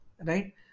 right